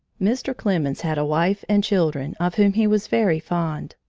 mr. clemens had a wife and children of whom he was very fond.